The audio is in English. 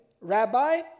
Rabbi